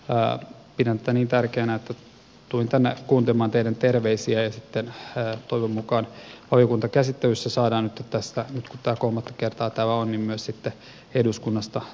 pidän tätä niin tärkeänä että tulin tänne kuuntelemaan teidän terveisiänne ja toivon mukaan sitten valiokuntakäsittelyssä saadaan tämä nyt kun tämä kolmatta kertaa täällä on myös eduskunnasta läpi